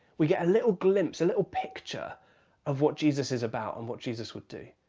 we get a little glimpse a little picture of what jesus is about and what jesus would do.